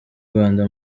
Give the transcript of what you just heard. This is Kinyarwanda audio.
rwanda